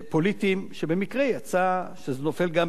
שבמקרה יצא שזה נופל גם בתוך הפריימריז,